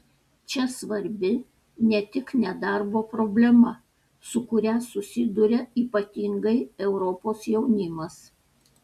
čia svarbi ne tik nedarbo problema su kuria susiduria ypatingai europos jaunimas